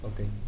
Okay